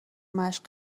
مشق